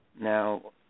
Now